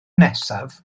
nesaf